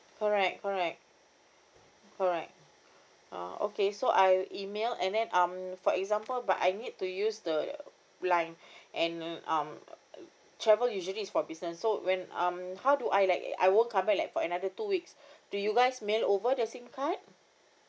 correct correct correct uh okay so I'll email and then um for example but I need to use the line and um travel usually is for business so when um how do I like I won't come back like for another two weeks do you guys mail over the SIM card